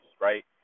right